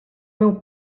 meu